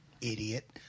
idiot